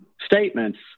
statements